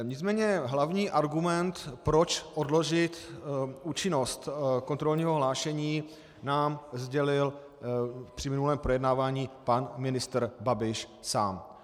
Nicméně hlavní argument, proč odložit účinnost kontrolního hlášení, nám sdělil při minulém projednávání pan ministr Babiš sám.